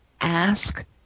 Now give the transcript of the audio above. ask